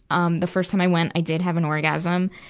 um the first time i went, i did have an orgasm.